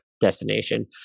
destination